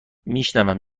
میشونم